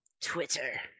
Twitter